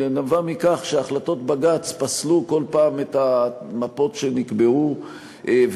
אלא היא נבעה מכך שהחלטות בג"ץ פסלו כל פעם את המפות שנקבעו ויצרו